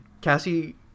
Cassie